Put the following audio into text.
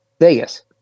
Vegas